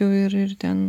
jau ir ir ten